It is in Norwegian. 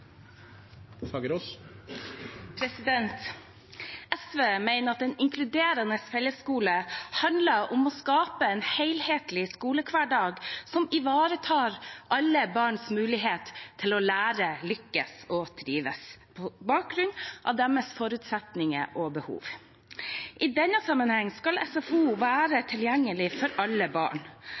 SV mener at en inkluderende fellesskole handler om å skape en helhetlig skolehverdag som ivaretar alle barns mulighet for å lære, lykkes og trives på bakgrunn av sine forutsetninger og behov. I denne sammenheng skal SFO være tilgjengelig for alle barn.